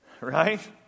Right